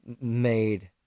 made